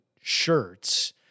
shirts